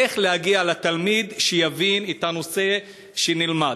איך להגיע לתלמיד שיבין את הנושא שנלמד.